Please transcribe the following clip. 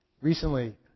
Recently